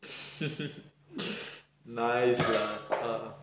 nice lah